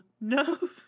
no